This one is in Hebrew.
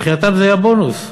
מבחינתן זה היה בונוס,